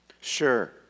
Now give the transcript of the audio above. Sure